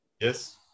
Yes